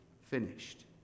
finished